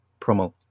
promo